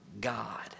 God